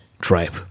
tribe